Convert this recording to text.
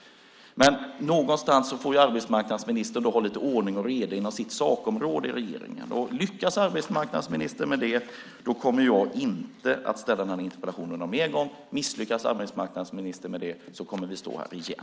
Någonstans får ju arbetsmarknadsministern ha lite ordning och reda inom sitt sakområde i regeringen. Om arbetsmarknadsministern lyckas med det kommer jag inte att ställa den här interpellationen någon mer gång. Misslyckas arbetsmarknadsministern med det kommer vi att stå här igen.